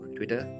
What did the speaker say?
Twitter